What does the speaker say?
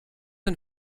and